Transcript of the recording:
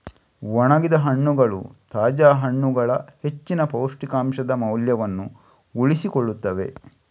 ಒಣಗಿದ ಹಣ್ಣುಗಳು ತಾಜಾ ಹಣ್ಣುಗಳ ಹೆಚ್ಚಿನ ಪೌಷ್ಟಿಕಾಂಶದ ಮೌಲ್ಯವನ್ನು ಉಳಿಸಿಕೊಳ್ಳುತ್ತವೆ